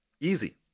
easy